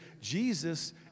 jesus